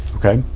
okay.